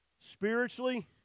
Spiritually